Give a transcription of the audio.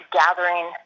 gathering